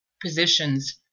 positions